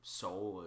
soul